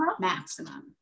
maximum